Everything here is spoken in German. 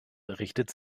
richtet